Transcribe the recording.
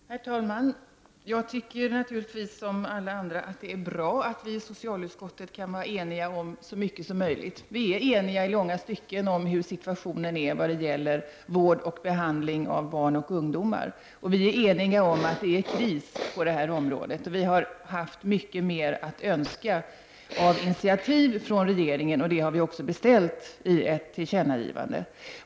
Herr talman! Jag tycker naturligtvis, liksom alla andra, att det är bra att vi i socialutskottet kan vara eniga om så mycket som möjligt. Vi är i långa stycken eniga om hur situationen är när det gäller vård och behandling av barn och ungdomar. Och vi är eniga om att det är kris på detta område. Vi i utskottet har haft mycket mer att önska av initiativ från regeringen. Sådana initiativ har vi genom ett tillkännagivande beställt från regeringen.